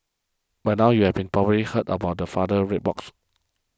by now you have been probably heard about the father's red box